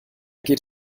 geht